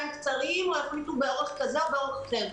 קצרים או יחליטו על אורך כזה או על אורך אחר.